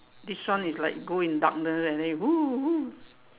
this one is like go in darkness and then you !whoo! !whoo!